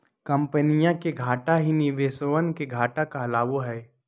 कम्पनीया के घाटा ही निवेशवन के घाटा कहलावा हई